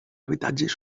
habitatges